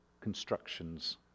constructions